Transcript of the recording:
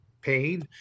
pain